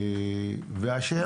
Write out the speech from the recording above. הנושא